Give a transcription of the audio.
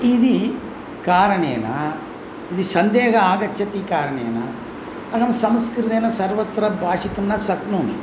इति कारणेन इति सन्देहः आगच्छति कारणेन अहं संस्कृतेन सर्वत्र भाषितुं न शक्नोमि